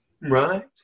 Right